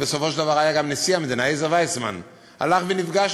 גם נשיא המדינה עזר ויצמן שהלך ונפגש